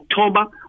October